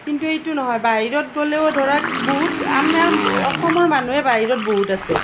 কিন্তু সেইটো নহয় বাহিৰত গ'লেও ধৰক বহুত আমাৰ অসমৰ মানুহে বাহিৰত বহুত আছে